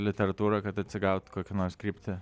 literatūrą kad atsigaut kokią nors kryptį